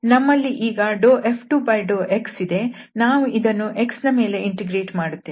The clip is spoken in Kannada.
ನಮ್ಮಲ್ಲಿ ಈಗ F2∂x ಇದೆ ನಾವು ಇದನ್ನು x ನ ಮೇಲೆ ಇಂಟಿಗ್ರೇಟ್ ಮಾಡುತ್ತೇವೆ